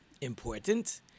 important